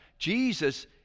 Jesus